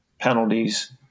penalties